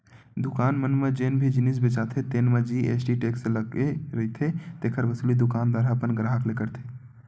दुकान मन म जेन भी जिनिस बेचाथे तेन म जी.एस.टी टेक्स लगे रहिथे तेखर वसूली दुकानदार ह अपन गराहक ले करथे